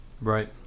Right